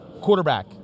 Quarterback